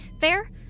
Fair